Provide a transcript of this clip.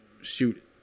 shoot